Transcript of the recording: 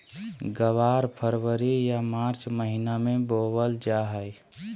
ग्वार फरवरी या मार्च महीना मे बोवल जा हय